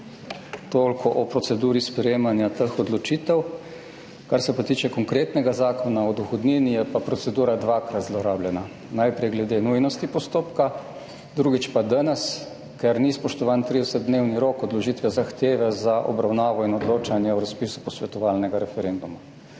Toliko o proceduri sprejemanja teh odločitev. Kar se pa tiče konkretnega Zakona o dohodnini je pa procedura dvakrat zlorabljena. Najprej glede nujnosti postopka. Drugič pa danes, ker ni spoštovan 30 dnevni rok od vložitve zahteve za obravnavo in odločanje o razpisu posvetovalnega referenduma,